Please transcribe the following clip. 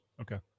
Okay